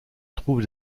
trouve